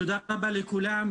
תודה רבה לכולם,